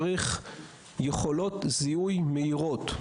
צריך יכולות זיהוי מהירות.